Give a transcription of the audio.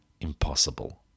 impossible